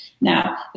Now